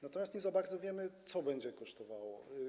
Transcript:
Natomiast nie za bardzo wiemy, co będzie kosztowało.